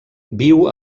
viu